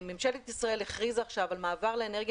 ממשלת ישראל הכריזה עכשיו על מעבר לאנרגיה